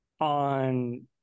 on